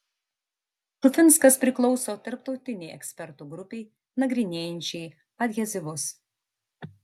šufinskas priklauso tarptautinei ekspertų grupei nagrinėjančiai adhezyvus